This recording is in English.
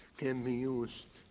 can be used